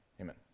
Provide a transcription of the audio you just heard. amen